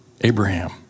Abraham